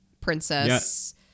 princess